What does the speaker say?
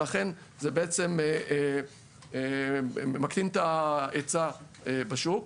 ולכן זה בעצם מקטין את ההיצע בשוק.